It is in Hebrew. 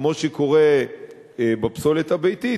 כמו שקורה בפסולת הביתית,